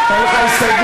אין לו הסתייגות.